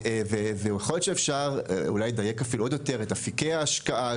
ויכול להיות שאפשר לדייק אפילו עוד יותר את אפיקי ההשקעה,